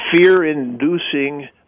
fear-inducing